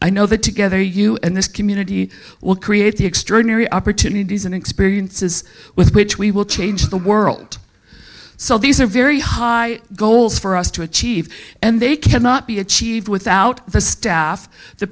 i know that together you and this community will create the extraordinary opportunities and experiences with which we will change the world so these are very high goals for us to achieve and they cannot be achieved without the staff the